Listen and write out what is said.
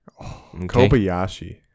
Kobayashi